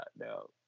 No